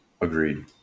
Agreed